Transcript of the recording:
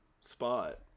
spot